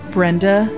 Brenda